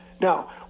Now